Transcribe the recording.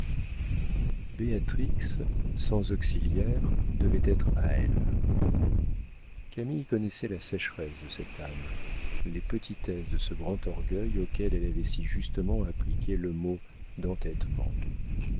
béatrix sans auxiliaire devait être à elle camille connaissait la sécheresse de cette âme les petitesses de ce grand orgueil auquel elle avait si justement appliqué le mot d'entêtement